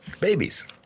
babies